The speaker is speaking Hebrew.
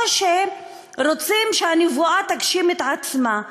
או שהם רוצים שהנבואה תגשים את עצמה,